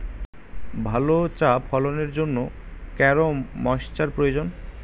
ভালো চা ফলনের জন্য কেরম ময়স্চার প্রয়োজন?